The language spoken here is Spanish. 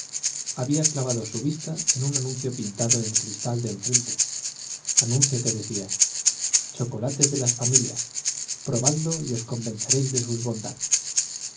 había clavado su vista en un anuncio pintado en el cr istal de enfrente anuncio que decía chocolate de las familias probadlo y os conven ceréis de sus bondad